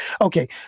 Okay